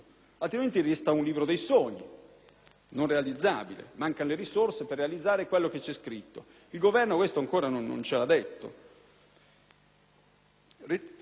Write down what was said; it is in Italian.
non realizzabile; mancano le risorse per realizzare quello che c'è scritto. Il Governo questo ancora non ce lo ha detto. Teniamo presente che facciamo questo disegno di legge